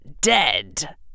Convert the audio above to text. dead